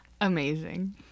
Amazing